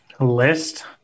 list